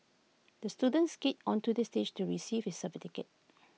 the student skated onto the stage to receive his certificate